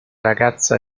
ragazza